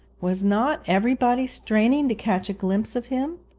was not everybody straining to catch a glimpse of him?